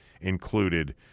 included